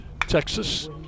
Texas